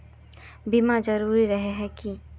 बीमा जरूरी रहे है की?